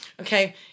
Okay